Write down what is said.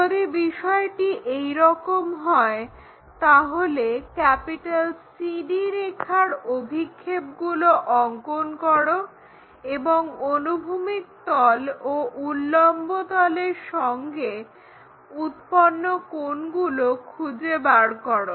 যদি বিষয়টি এইরকম হয় তাহলে CD রেখার অভিক্ষেপগুলো অঙ্কন করো এবং অনুভূমিক তল ও উল্লম্বতলের সঙ্গে উৎপন্ন কোণগুলো খুঁজে বার করো